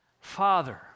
Father